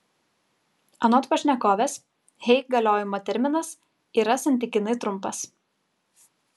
anot pašnekovės hey galiojimo terminas yra santykinai trumpas